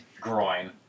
groin